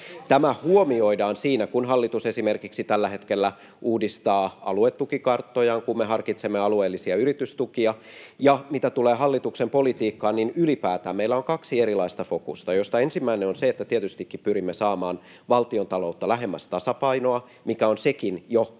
Tämä huomioidaan siinä, kun hallitus tällä hetkellä esimerkiksi uudistaa aluetukikarttojaan, kun me harkitsemme alueellisia yritystukia. Ja mitä tulee hallituksen politiikkaan, niin meillä on ylipäätään kaksi erilaista fokusta, joista ensimmäinen on se, että tietystikin pyrimme saamaan valtiontaloutta lähemmäs tasapainoa, mikä on sekin jo keskeinen